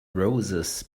roses